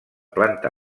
planta